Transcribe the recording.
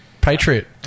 Patriot